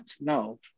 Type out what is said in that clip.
No